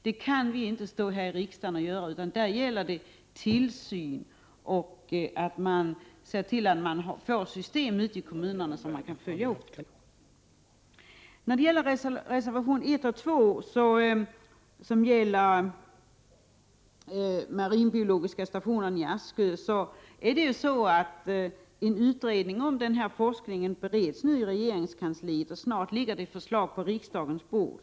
Det kan vi inte stå här i riksdagen och göra, utan det är fråga om att kommunerna har en sådan tillsyn att de får de system som behövs. Reservationerna nr 1 och 2 avser bl.a. den marinbiologiska stationen i Askö. Betänkandet från en utredning om den ifrågavarande forskningen bereds för närvarande i regeringskansliet, och snart ligger det ett förslag på riksdagens bord.